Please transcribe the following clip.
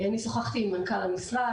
אני שוחחתי עם מנכ"ל המשרד.